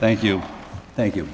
thank you thank you